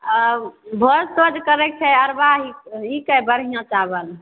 आ भोज तोज करैके छै अरबा ठीक हइ बढ़िऑं चावल